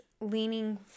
leaning